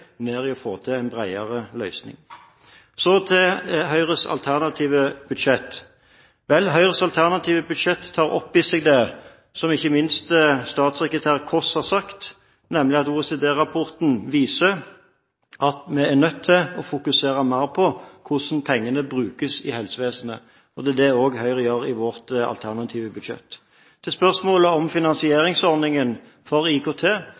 å få til en bredere løsning. Så til Høyres alternative budsjett. Høyres alternative budsjett tar opp i seg det som ikke minst statssekretær Kåss har sagt, nemlig at OECD-rapporten viser at vi er nødt til å fokusere mer på hvordan pengene brukes i helsevesenet. Det er også det Høyre gjør i sitt alternative budsjett. Til spørsmålene om finansieringsordningen for IKT,